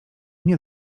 nie